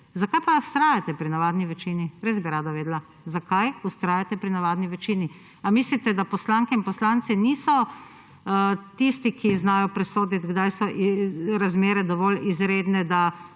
zakaj pa vztrajate pri navadni večini? Res bi rada vedela, zakaj vztrajate pri navadni večini. Ali mislite, da poslanke in poslanci niso tisti, ki znajo presoditi, kdaj so razmere dovolj izredne, da